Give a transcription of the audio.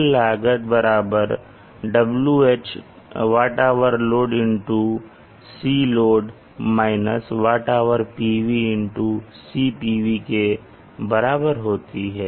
कुल लागत के WHloadCload WHPVCPV बराबर होती है